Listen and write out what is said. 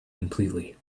completely